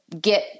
get